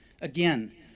Again